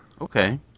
Okay